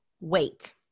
Wait